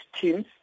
TEAMS